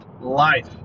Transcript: Life